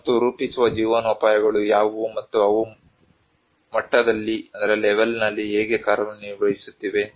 ಮತ್ತು ರೂಪಿಸುವ ಜೀವನೋಪಾಯಗಳು ಯಾವುವು ಮತ್ತು ಅವು ಮಟ್ಟದಲ್ಲಿ ಹೇಗೆ ಕಾರ್ಯನಿರ್ವಹಿಸುತ್ತಿವೆ